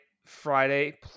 friday